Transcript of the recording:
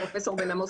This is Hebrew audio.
פרופ' בן עמוס,